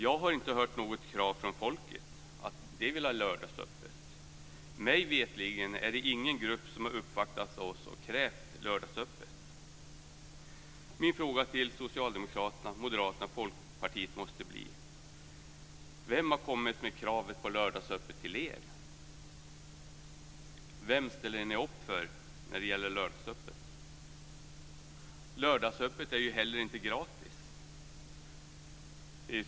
Jag har inte hört något krav från folket om lördagsöppet. Mig veterligen är det ingen grupp som har uppvaktat oss och krävt lördagsöppet. Min fråga till Socialdemokraterna, Moderaterna och Folkpartiet måste bli: Vem har kommit med kravet på lördagsöppet till er? Vem ställer ni upp för när det gäller lördagsöppet? Lördagsöppet är heller inte gratis.